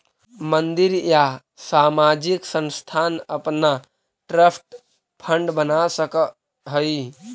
मंदिर या सामाजिक संस्थान अपना ट्रस्ट फंड बना सकऽ हई